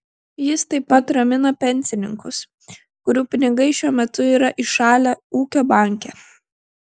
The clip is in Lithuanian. jis taip pat ramina pensininkus kurių pinigai šiuo metu yra įšalę ūkio banke